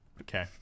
Okay